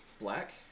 Black